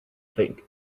thing